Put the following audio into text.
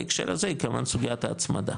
בהקשר הזה היא כמובן סוגיית ההצמדה.